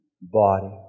body